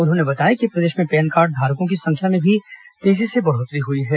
उन्होंने बताया कि प्रदेश में पेन कार्डधारकों की संख्या में भी तेजी से बढ़ोत्तरी हुई है